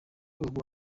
ubu